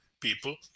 people